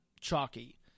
chalky